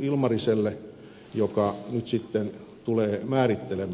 ilmariselle joka nyt sitten tulee määrittelemään